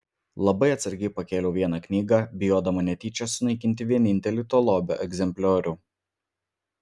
labai atsargiai pakėliau vieną knygą bijodama netyčia sunaikinti vienintelį to lobio egzempliorių